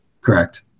correct